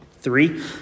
Three